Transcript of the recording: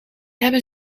hebben